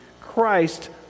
Christ